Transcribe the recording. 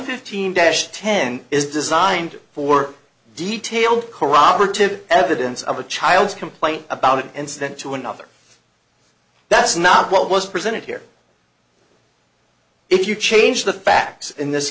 fifteen dash ten is designed for detailed corroborative evidence of a child's complaint about an incident to another that's not what was presented here if you change the facts in this